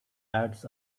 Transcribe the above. ads